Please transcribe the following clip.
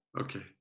Okay